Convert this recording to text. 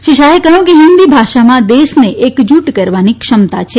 શ્રી શાહે કહ્યું કે હિન્દી ભાષામાં દેશને એકજૂથ કરવાની ક્ષમતા છે